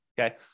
Okay